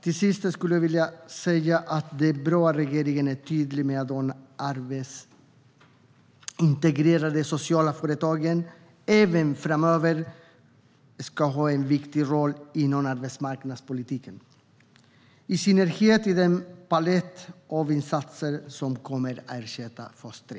Till sist vill jag säga att det är bra att regeringen är tydlig med att de arbetsintegrerade sociala företagen ska ha en viktig roll inom arbetsmarknadspolitiken även framöver, i synnerhet i den palett av insatser som kommer att ersätta fas 3.